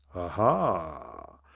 aha!